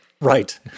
Right